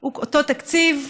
הוא אותו תקציב,